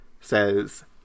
says